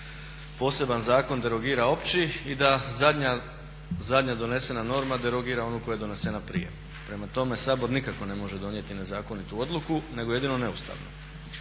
poseban zakon derogira opći i da zadnja donesena norma derogira onu koja je donesena prije. Prema tome, Sabor nikako ne može donijeti nezakonitu odluku nego jedino neustavnu.